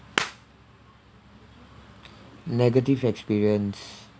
negative experience